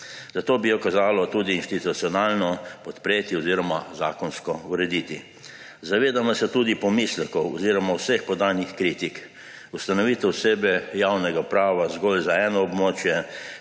Zato bi jo kazalo tudi institucionalno podpreti oziroma zakonsko urediti. Zavedamo se tudi pomislekov oziroma vseh podanih kritik: ustanovitev osebe javnega prava zgolj za eno območje,